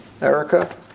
Erica